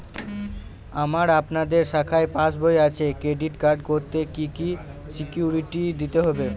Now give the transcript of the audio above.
আমার আপনাদের শাখায় পাসবই আছে ক্রেডিট কার্ড করতে কি কি সিকিউরিটি দিতে হবে?